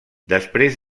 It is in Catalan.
després